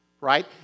right